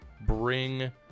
bring